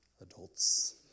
adults